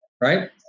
right